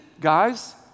guys